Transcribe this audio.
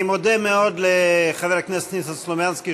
אני מודה מאוד לחבר הכנסת ניסן סלומינסקי,